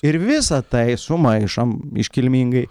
ir visa tai sumaišom iškilmingai